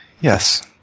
Yes